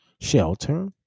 shelter